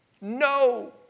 No